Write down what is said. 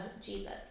jesus